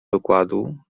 wykładu